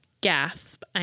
Gasp